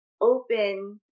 open